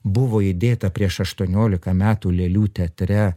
buvo įdėta prieš aštuoniolika metų lėlių teatre